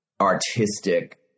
artistic